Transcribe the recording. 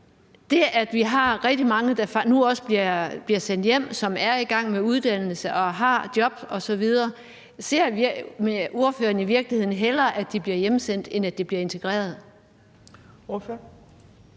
at vi har rigtig mange, der nu bliver sendt hjem, som er i gang med uddannelse og har et job osv., ser ordføreren så i virkeligheden hellere, at de bliver hjemsendt, end at de bliver integreret?